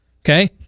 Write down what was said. okay